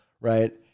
right